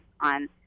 on